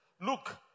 Look